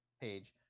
page